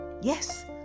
Yes